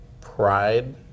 pride